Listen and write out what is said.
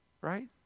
Right